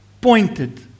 pointed